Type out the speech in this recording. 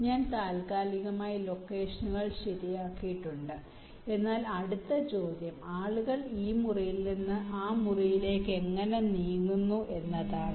ഞാൻ താൽക്കാലികമായി ലൊക്കേഷനുകൾ ശരിയാക്കിയിട്ടുണ്ട് എന്നാൽ അടുത്ത ചോദ്യം ആളുകൾ ഈ മുറിയിൽ നിന്ന് ആ മുറിയിലേക്ക് എങ്ങനെ നീങ്ങുന്നു എന്നതാണ്